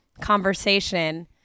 conversation